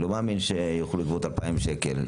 אני לא מאמין שיוכלו לגבות 2,000 שקלים.